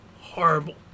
horrible